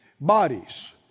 bodies